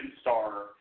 star